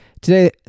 today